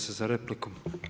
se za repliku.